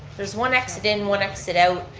there's one exit in, one exit out.